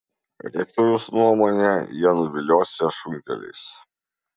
rektoriaus nuomone jie nuviliosią šunkeliais